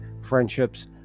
friendships